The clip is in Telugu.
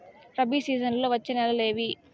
రబి సీజన్లలో వచ్చే నెలలు ఏవి?